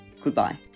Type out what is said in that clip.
Goodbye